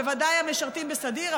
בוודאי המשרתים בסדיר,